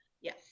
Yes